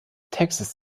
texas